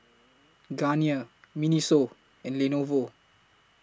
Garnier Miniso and Lenovo